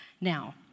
Now